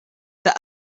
that